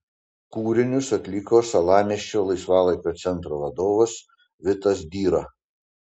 kūrinius atliko salamiesčio laisvalaikio centro vadovas vitas dyra